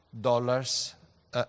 dollars